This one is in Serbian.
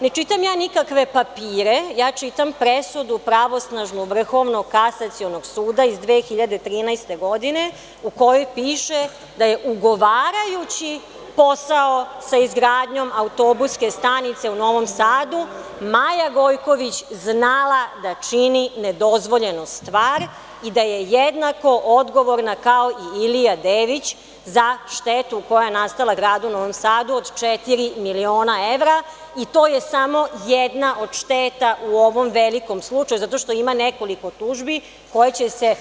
Ne čitam ja nikakve papire, ja čitam presudu pravosnažnu Vrhovnog kasacionog suda iz 2013. godine u kojoj piše da je ugovarajući posao sa izgradnjom autobuske stanice u Novom Sadu, Maja Gojković znala da čini ne dozvoljenu stvar i da je jednako odgovorna kao i Ilija Dević za štetu koja je nastala gradu Novom Sadu od četiri miliona evra i to je samo jedna od šteta u ovom velikom slučaju, zato što ima nekoliko tužbi koje će se,